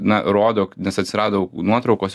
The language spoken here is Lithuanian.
na rodo nes atsirado nuotraukos